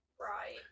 Right